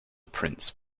prints